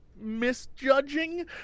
misjudging